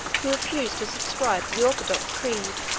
who refused to subscribe the orthodox creed,